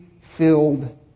filled